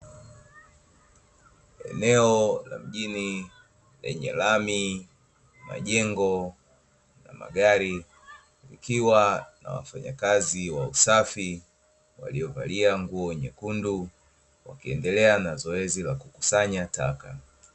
Eneo la mjini lenye lami, majengo na magari; likiwa na wafanyakazi wa usafi walio valia nguo nyekundu, wakiendelea na zoezi la kukusanya taka.